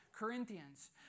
Corinthians